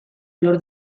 lor